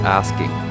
asking